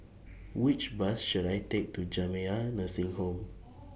Which Bus should I Take to Jamiyah Nursing Home